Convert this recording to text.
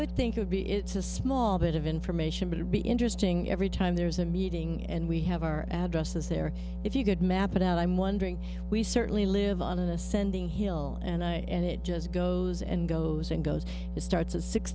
would think would be it's a small bit of information that would be interesting every time there's a meeting and we have our address is there if you could map it out i'm wondering we certainly live on an ascending hill and i end it just goes and goes and goes and starts at six